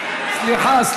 סליחה.